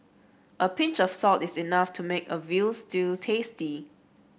a pinch of salt is enough to make a veal stew tasty